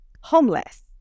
homeless